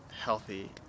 healthy